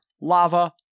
Lava